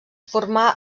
formà